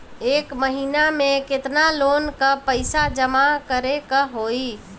एक महिना मे केतना लोन क पईसा जमा करे क होइ?